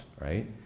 right